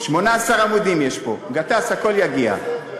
18 עמודים יש פה, גטאס, הכול יגיע.